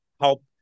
help